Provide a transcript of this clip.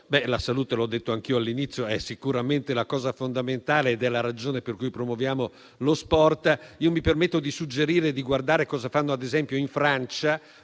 Come ho detto anch'io all'inizio, la salute è sicuramente fondamentale ed è la ragione per cui promuoviamo lo sport. Mi permetto di suggerire di guardare cosa fanno, ad esempio, in Francia,